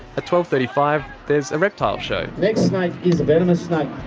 twelve. thirty five, there's a reptile show. next snake is a venomous snake,